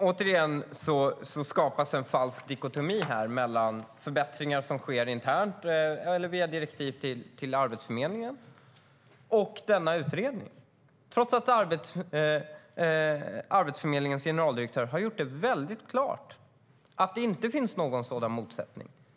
Herr talman! Återigen skapas en falsk dikotomi mellan förbättringar som sker internt eller via direktiv till Arbetsförmedlingen och denna utredning, trots att Arbetsförmedlingens generaldirektör har gjort det klart att det inte finns någon sådan motsättning.